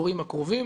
בעשורים הקרובים